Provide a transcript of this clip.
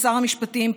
שר המשפטים,